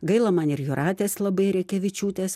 gaila man ir jūratės labai rekevičiūtės